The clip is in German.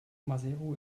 maseru